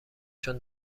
چون